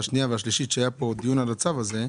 השנייה והשלישית שקיימנו כאן דיון על הצו הזה,